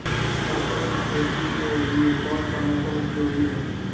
सरसो की खेती के लिए कौन सा मौसम उपयोगी है?